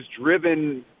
driven